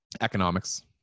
Economics